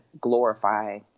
glorify